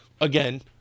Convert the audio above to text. again